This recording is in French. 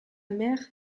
mère